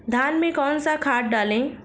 धान में कौन सा खाद डालें?